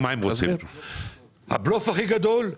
בישיבה הקודמת שהייתה ב-8 בדצמבר ישבו שני נציגים